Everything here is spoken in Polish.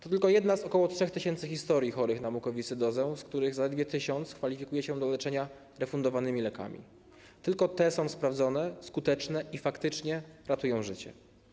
To tylko jedna z ok. 3 tys. historii chorych na mukowiscydozę, z których zaledwie 1 tys. kwalifikuje się do leczenia refundowanymi lekami, a tylko te są sprawdzone, skuteczne i faktycznie ratują życie.